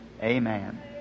amen